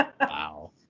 wow